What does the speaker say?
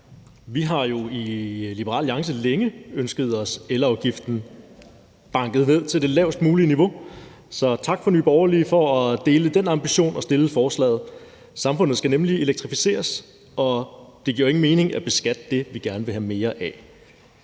Vi har jo i Liberal Alliance længe ønsket os elafgiften banket ned til det lavest mulige niveau, så tak til Nye Borgerlige for at dele den ambition og fremsætte forslaget. Samfundet skal nemlig elektrificeres, og det giver jo ingen mening at beskatte det, vi gerne vil have mere af.